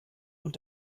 und